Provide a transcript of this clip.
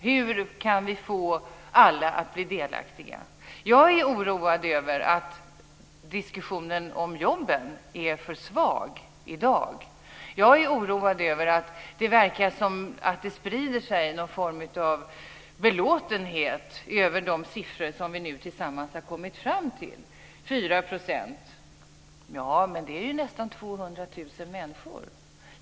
Hur kan vi få alla att bli delaktiga? Jag är oroad över att diskussionen om jobben är för svag i dag. Jag är oroad över att det verkar som att någon form av belåtenhet över de siffror som vi nu tillsammans har kommit fram till sprider sig. 4 % är nästan 200 000 människor.